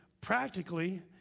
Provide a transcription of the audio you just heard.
Practically